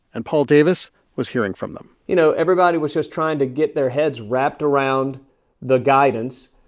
and paul davis was hearing from them you know, everybody was just trying to get their heads wrapped around the guidance.